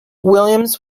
williams